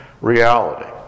reality